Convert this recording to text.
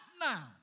now